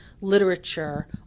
literature